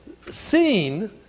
seen